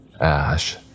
Ash